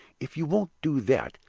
if you won't do that,